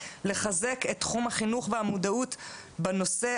לחזק את תחום החינוך והמודעות בנושא,